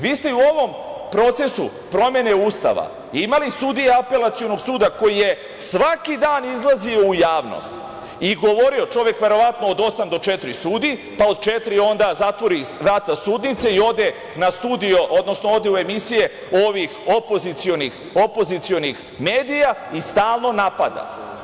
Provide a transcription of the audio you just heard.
Vi ste i u ovom procesu promene Ustava imali sudiju Apelacionog suda koji je svaki dan izlazio u javnost i govorio, čovek verovatno od 8.00 do 16.00 časova sudi, pa od 16,00 onda zatvori vrata sudnice i ode u studio, odnosno ode u emisije ovih opozicionih medija i stalno napada.